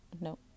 no